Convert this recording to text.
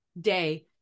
day